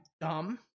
Dumb